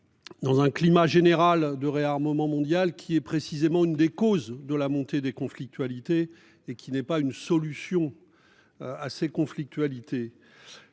Dans un climat général de réarmement mondial qui est précisément une des causes de la montée des conflictualités et qui n'est pas une solution. Assez conflictualité.